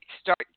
Start